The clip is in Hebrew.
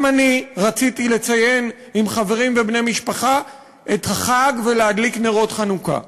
גם אני רציתי לציין עם חברים ובני משפחה את החג ולהדליק נרות חנוכה.